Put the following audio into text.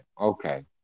okay